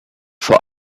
vor